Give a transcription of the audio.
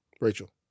Rachel